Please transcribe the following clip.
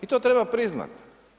I to treba priznat.